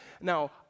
Now